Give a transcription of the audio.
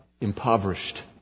impoverished